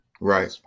Right